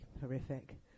horrific